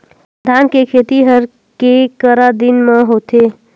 धान के खेती हर के करा दिन म होथे?